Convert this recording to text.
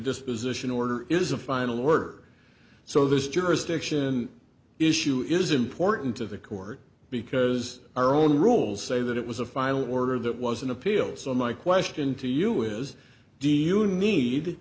disposition order is a final word so this jurisdiction issue is important to the court because our own rules say that it was a final order that was an appeal so my question to you is do you need